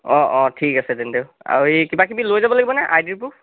অঁ অঁ ঠিক আছে তেন্তে আৰু এই কিবাকিবি লৈ যাব লাগিব নে আইডি প্ৰুফ